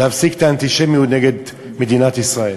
להפסיק את האנטישמיות נגד מדינת ישראל.